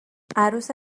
عروس